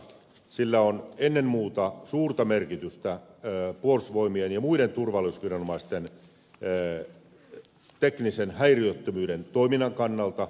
sillä on ennen muuta suurta merkitystä puolustusvoimien ja muiden turvallisuusviranomaisten teknisen häiriöttömyyden toiminnan kannal ta